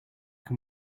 can